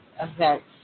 events